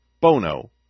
Bono